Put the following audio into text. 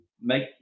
make